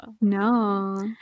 No